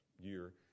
year